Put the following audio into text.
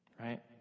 right